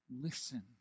listen